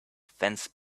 fence